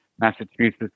Massachusetts